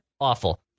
awful